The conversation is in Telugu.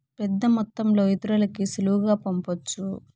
పెద్దమొత్తంలో ఇతరులకి సులువుగా పంపొచ్చు